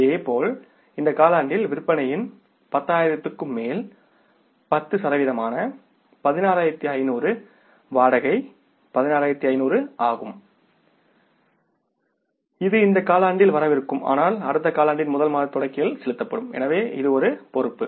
இதேபோல் இந்த காலாண்டில் விற்பனையின் 10000 க்கு மேல் 10 சதவீதமான 16500 வாடகை 16500 ஆகும் இது இந்த காலாண்டில் வரவிருக்கும் ஆனால் அடுத்த காலாண்டின் முதல் மாத தொடக்கத்தில் செலுத்தப்படும் எனவே இது ஒரு பொறுப்பு